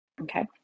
okay